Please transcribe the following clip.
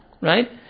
right